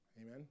Amen